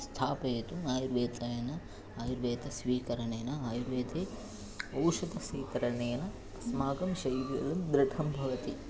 स्थापयतु आयुर्वेदेन आयुर्वेदं स्वीकरणेन आयुर्वेदे औषधं स्वीकरणेन अस्माकं शरीरं दृढं भवति